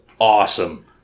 awesome